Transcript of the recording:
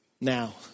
now